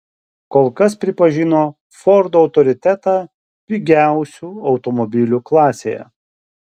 kol kas pripažino fordo autoritetą pigiausių automobilių klasėje